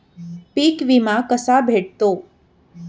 पीक विमा कसा भेटतो?